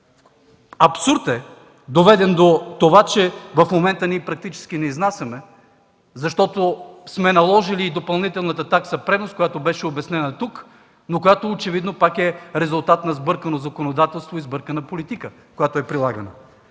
Абсурдът е, че в момента ние практически не изнасяме, защото сме наложили допълнителната такса пренос, която беше обяснена тук, но която очевидно пак е резултат на сбъркано законодателство и сбъркана политика, която е прилагана.